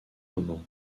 moment